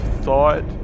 thought